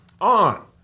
on